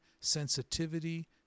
sensitivity